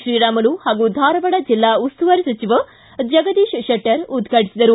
ಶ್ರೀರಾಮುಲು ಹಾಗೂ ಧಾರವಾಡ ಜಿಲ್ಲಾ ಉಸ್ತುವಾರಿ ಸಚಿವ ಜಗದೀಶ್ ಕೆಟ್ಟರ್ ಉದ್ಘಾಟಿಸಿದರು